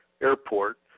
Airport